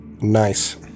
Nice